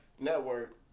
network